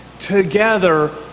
together